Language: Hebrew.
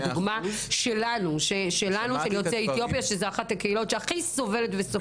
הדוגמה של יוצאי אתיופיה שזו אחת הקהילות שהכי סובלת וסופגת אלימות.